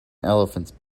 elephants